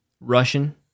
Russian